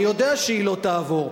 אני יודע שהיא לא תעבור,